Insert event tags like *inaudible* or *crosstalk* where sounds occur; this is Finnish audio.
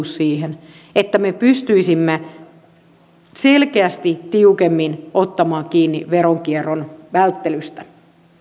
*unintelligible* siihen että me pystyisimme selkeästi tiukemmin ottamaan kiinni veronkierron välttelystä